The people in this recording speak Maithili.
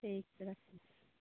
ठीक छै राखु